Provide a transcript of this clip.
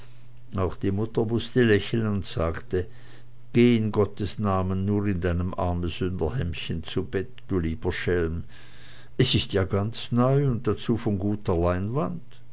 auch die mutter mußte lächeln und sagte geh in gottes namen nur in deinem armsünderhemdchen zu bett du lieber schelm es ist ja ganz neu und dazu von guter leinwand